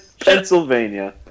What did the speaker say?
Pennsylvania